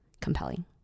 compelling